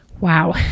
Wow